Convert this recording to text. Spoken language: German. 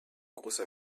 großer